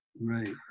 Right